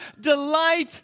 delight